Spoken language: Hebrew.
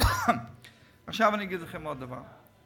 עוד דבר.